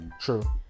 True